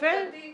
בטיפול תרופתי,